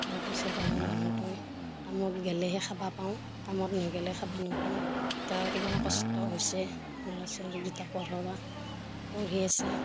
তাৰপিছত আৰু মানুহটোই কামত গেলেহে খাবা পাওঁ কামত নেগেলে খাবা নেপাওঁ এতিয়া কিবা কষ্ট হৈছে ল'ৰা ছোৱালী দুটা পঢ়াবা পঢ়ি আছে